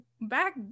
back